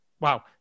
Wow